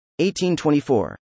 1824